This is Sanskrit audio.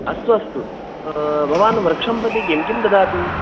अस्तु अस्तु भवान् वृक्षं प्रति किं किं ददाति